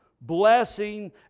Blessing